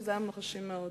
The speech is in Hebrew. וזה היה מרשים מאוד.